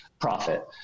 profit